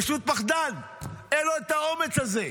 פשוט פחדן, אין לו את האומץ הזה.